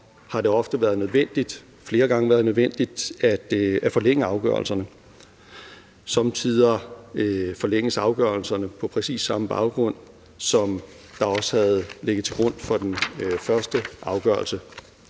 Derfor har det flere gange været nødvendigt at forlænge afgørelserne. Somme tider forlænges afgørelserne på præcis samme baggrund, som der også lå til grund for den første afgørelse.